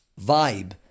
vibe